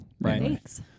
Right